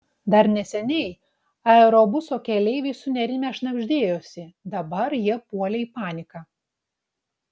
dar neseniai aerobuso keleiviai sunerimę šnabždėjosi dabar jie puolė į paniką